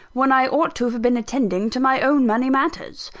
when i ought to have been attending to my own money matters.